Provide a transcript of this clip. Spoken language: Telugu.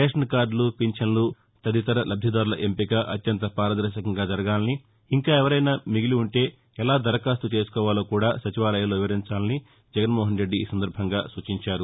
రేషన్ కార్డులు పింఛన్లు తదితర లభ్దిదారుల ఎంపిక అత్యంత పారదర్భకంగా జరగాలని ఇంకా ఎవరైనా మిగిలిపోతే ఎలా దరఖాస్తు చేసుకోవాలోకూడా సచివాలయాల్లో వివరించాలని జగన్మోహన్ రెడ్డి సూచించారు